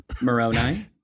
Moroni